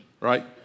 Right